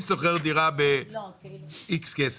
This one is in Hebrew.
אני שוכר דירה ב-X כסף.